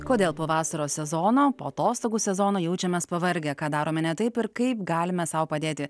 kodėl po vasaros sezono po atostogų sezono jaučiamės pavargę ką darome ne taip ir kaip galime sau padėti